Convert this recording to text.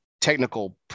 technical